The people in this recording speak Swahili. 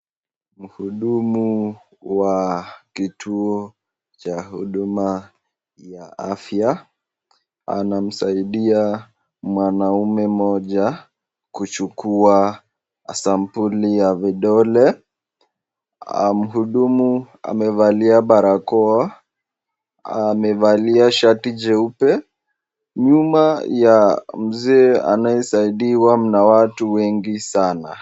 Mhudumu wa kituo cha huduma ya afya anamsaidia mwanaume moja kuchukua sampuli ya vidole, mhudumu amevalia barakoa, amevalia shati jeupe, nyuma ya mzee anayesaidiwa na watu wengi sana.